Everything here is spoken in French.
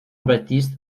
baptiste